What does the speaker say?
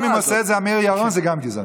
גם אם עושה את זה אמיר ירון, זאת גם גזענות.